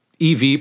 EV